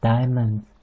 Diamonds